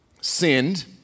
sinned